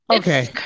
okay